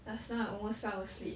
just now I almost fell asleep